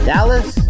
Dallas